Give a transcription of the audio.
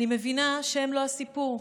אני מבינה שהם לא הסיפור.